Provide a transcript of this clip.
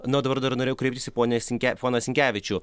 na o dabar dar norėjau kreiptis į ponią sinke poną sinkevičių